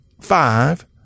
five